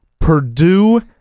Purdue